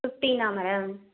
ஃபிஃப்டினா madam